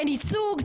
אין ייצוג,